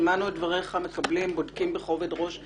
שמענו את דבריך, מקבלים, בודקים בכובד ראש.